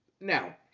now